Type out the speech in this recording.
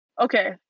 Okay